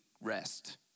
rest